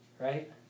right